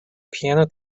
piano